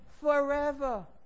forever